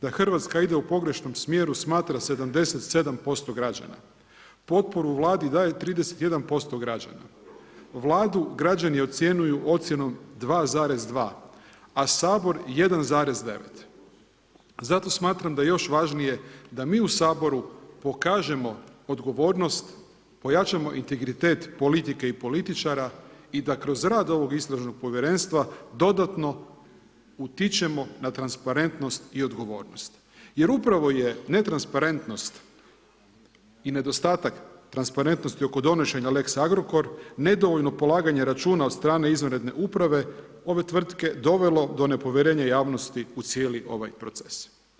Da Hrvatska ide u pogrešnom smjeru smatra 77% građana, potporu Vladi daje 31% g rađana, Vladu građani ocjenjuju ocjenom 2,2, a Sabor 1,9. zato smatram da je još važnije da mi u Saboru pokažemo odgovornost, pojačamo integritet politike i političara i da kroz rad ovog Istražnog povjerenstva dodatno potičemo na transparentnost i odgovornost jer upravo je netransparentnost i nedostatak transparentnosti oko donošenja lex Agrokor nedovoljno polaganje računa od strane izvanredne uprave ove tvrtke dovelo do nepovjerenja javnosti u cijeli ovaj proces.